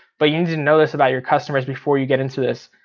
but you need to know this about your customers before you get into this.